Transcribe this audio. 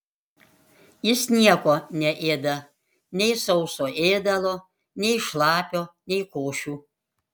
jis nieko neėda nei sauso ėdalo nei šlapio nei košių